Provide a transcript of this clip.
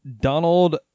Donald